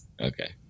Okay